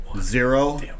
zero